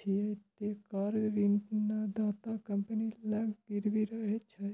छियै, ते कार ऋणदाता कंपनी लग गिरवी रहै छै